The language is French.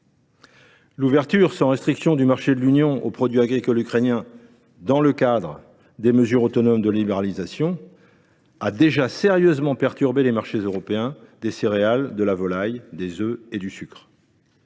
L’ouverture sans restriction du marché de l’Union européenne aux produits agricoles ukrainiens dans le cadre des mesures autonomes de libéralisation a déjà sérieusement perturbé les marchés européens des céréales, de la volaille, des œufs et du sucre.